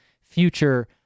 future